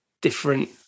different